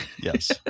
Yes